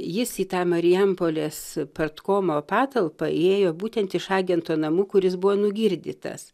jis į tą marijampolės partkomo patalpą įėjo būtent iš agento namų kuri jis buvo nugirdytas